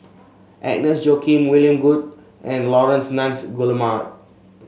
Agnes Joaquim William Goode and Laurence Nunns Guillemard